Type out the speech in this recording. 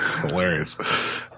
Hilarious